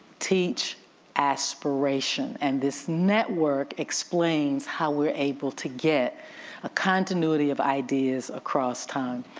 teach aspiration and this network explains how we're able to get a continuity of ideas across time.